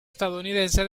estadounidense